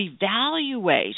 evaluate